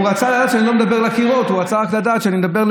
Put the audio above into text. הוא רצה לדעת שאני לא מדבר לקירות.